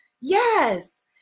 yes